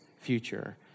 future